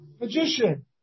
magician